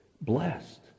blessed